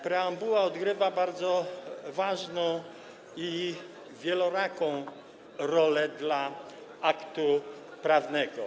Preambuła odgrywa bardzo ważną i wieloraką rolę dla aktu prawnego.